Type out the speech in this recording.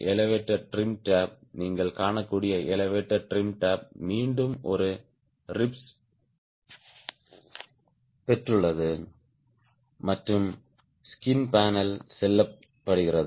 elevator trim tape நீங்கள் காணக்கூடிய elevator trim tape மீண்டும் ஒரு ரிப்ஸ் பெற்றுள்ளது மற்றும்ஸ்கின் பேனல் செல்லப்படுகிறது